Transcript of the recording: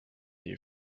you